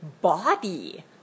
body